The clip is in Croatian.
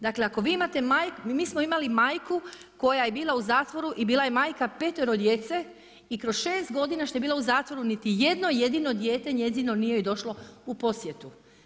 Dakle, ako vi imate, mi smo imali majku, koja je bila u zatvoru i bila je majka 5-toro djece i kroz 6 godina što je bila u zatvoru, niti jedno jedino dijete njezino nije joj došlo u posjetu.